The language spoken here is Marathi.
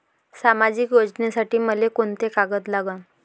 सामाजिक योजनेसाठी मले कोंते कागद लागन?